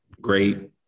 great